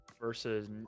Versus